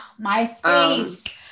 MySpace